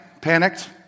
panicked